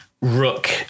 Rook